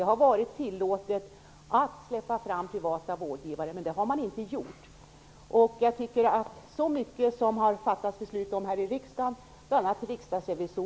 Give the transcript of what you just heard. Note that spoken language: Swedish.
Det har varit tillåtet att släppa fram privata vårdgivare, men det har man inte gjort. Så många beslut har fattats här i riksdagen, bl.a. med anledning av Riksdagsrevisorernas anmärkning beträffande hur primärvården sköts och att den behöver byggas ut, som landstingen inte alltid har brytt sig om.